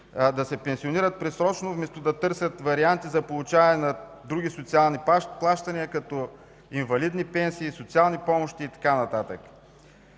да се пенсионират предсрочно, вместо да търсят варианти за получаване на други социални плащания, като инвалидни пенсии, социални помощи и така